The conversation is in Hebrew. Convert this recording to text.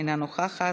אינה נוכחת,